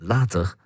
Later